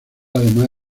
además